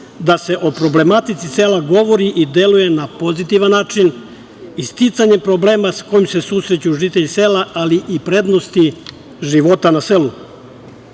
da se o problematici sela govori i deluje na pozitivan način i sticanje problema s kojim se susreću žitelji sela, ali i prednosti života na selu.